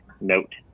note